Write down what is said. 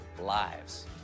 lives